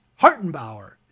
Hartenbauer